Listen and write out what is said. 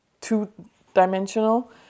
two-dimensional